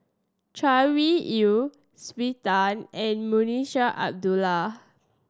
Chay Weng Yew Twisstii and Munshi Abdullah